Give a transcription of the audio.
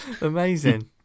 Amazing